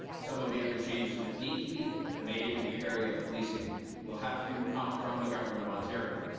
some of the other changes that need to be made in the area of policing will have to come from the government of ontario.